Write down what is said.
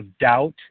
doubt